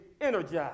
energized